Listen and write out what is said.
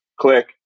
click